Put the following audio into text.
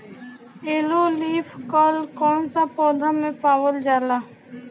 Yellow leaf कल कौन सा पौधा में पावल जाला?